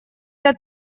для